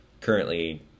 currently